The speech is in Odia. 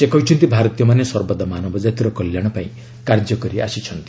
ସେ କହିଛନ୍ତି ଭାରତୀୟମାନେ ସର୍ବଦା ମାନବ କାତିର କଲ୍ୟାଣ ପାଇଁ କାର୍ଯ୍ୟ କରିଆସିଛନ୍ତି